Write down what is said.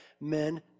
men